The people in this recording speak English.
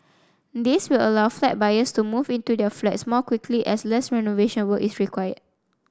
this will allow flat buyers to move into their flats more quickly as less renovation work is required